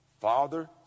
Father